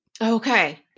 Okay